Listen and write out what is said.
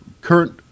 current